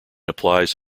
applies